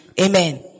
Amen